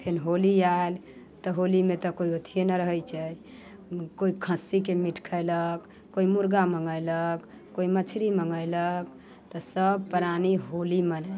फेन होली आयल होलीमे तऽ कोइ अथिए नहि रहैत छै कोइ खस्सीके मीट खयलक कोइ मुर्गा मँगेलक कोइ मछरी मँगेलक तऽ सब प्राणी होली मनेलक